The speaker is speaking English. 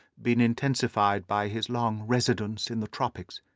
been intensified by his long residence in the tropics.